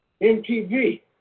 MTV